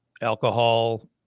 alcohol